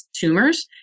tumors